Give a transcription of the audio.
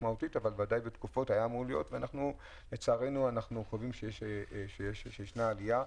אבל לצערנו אנחנו חווים דווקא עלייה,